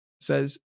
says